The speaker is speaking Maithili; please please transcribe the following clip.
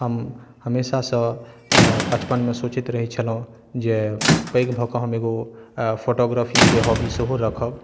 हम हमेशासँ बचपनमे सोचैत रहै छलहुँ जे पैघ भऽके हम एकगो फोटोग्राफीके हॉबी सेहो राखब